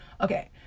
Okay